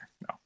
no